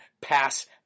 pass